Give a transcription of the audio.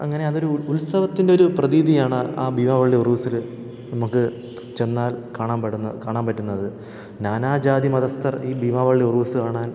അങ്ങനെ അതൊരു ഉത്സവത്തിൻറ്റൊരു പ്രതീതിയാണ് ആ ഭീമാപള്ളി ഉറൂസിൽ നമുക്കു ചെന്നാൽ കാണാൻ പെടുന്ന കാണാൻ പറ്റുന്നത് നാനാജാതിമതസ്ഥർ ഈ ഭീമാപള്ളി ഉറൂസ് കാണാൻ